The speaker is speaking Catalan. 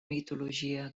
mitologia